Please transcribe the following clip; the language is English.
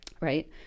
right